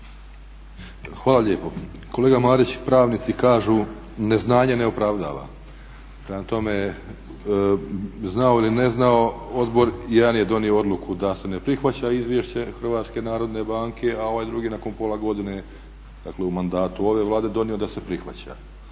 Hvala lijepo. Kolega Marić pravnici kažu neznanje ne opravdava. Prema tome, znao ili ne znao odbor jedan je donio odluku da se ne prihvaća Izvješće HNB-a a ovaj drugi nakon pola godine, dakle u mandatu ove Vlade je donio da se prihvaća.